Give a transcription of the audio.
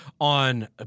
on